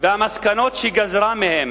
על-ידי ישראל, והמסקנות שגזרה מהן